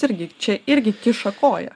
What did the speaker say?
irgi čia irgi kiša koją